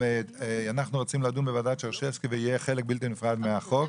אנחנו רוצים לדון בוועדת שרשבסקי וזה יהיה חלק בלתי נפרד מהחוק,